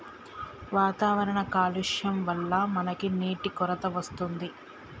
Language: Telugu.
వాతావరణ కాలుష్యం వళ్ల మనకి నీటి కొరత వస్తుంది